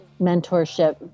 mentorship